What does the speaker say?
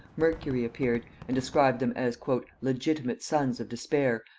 mercury appeared, and described them as legitimate sons of despair,